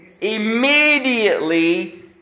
Immediately